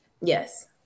Yes